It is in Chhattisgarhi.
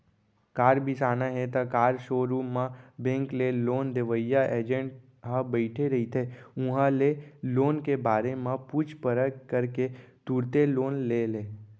कार बिसाना हे त कार सोरूम म बेंक ले लोन देवइया एजेंट ह बइठे रहिथे उहां ले लोन के बारे म पूछ परख करके तुरते लोन ले ले